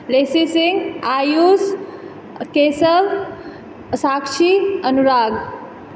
Lesi Singh Ayush Keshav Sakshi Anurag